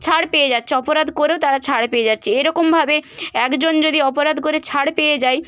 ছাড় পেয়ে যাচ্ছে অপরাধ করেও তারা ছাড় পেয়ে যাচ্ছে এরকমভাবে একজন যদি অপরাধ করে ছাড় পেয়ে যায়